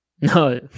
No